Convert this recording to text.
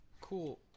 Cool